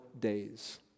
days